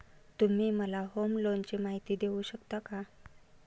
तुम्ही मला होम लोनची माहिती देऊ शकता का?